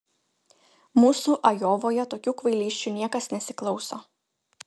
mūsų ajovoje tokių kvailysčių niekas nesiklauso